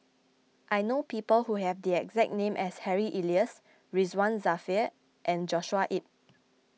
I know people who have the exact name as Harry Elias Ridzwan Dzafir and Joshua Ip